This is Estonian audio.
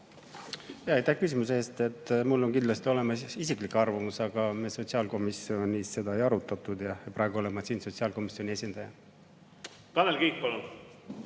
Aitäh küsimuse eest! Mul on kindlasti olemas isiklik arvamus, aga me sotsiaalkomisjonis seda ei arutanud ja praegu olen ma siin sotsiaalkomisjoni esindajana. Aitäh